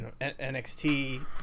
NXT